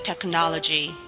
technology